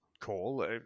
call